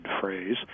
phrase